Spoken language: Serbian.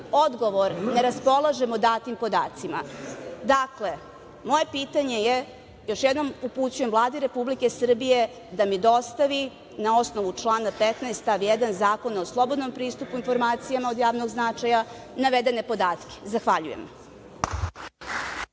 Odgovor - ne raspolažemo datim podacima. Dakle, moje pitanje još jednom upućujem Vladi Republike Srbije da mi dostavi na osnovu člana 15. stav 1. Zakona o slobodnom pristupu informacijama od javnog značaj navedene podatke. Zahvaljujem.